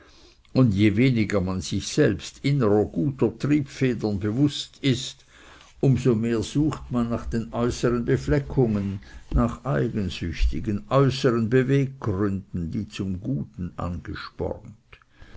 und je weniger man sich selbst innerer guter triebfedern bewußt ist um so mehr sucht man nach den äußern befleckungen nach eigensüchtigen äußern beweggründen die zum guten angespornt